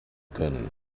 können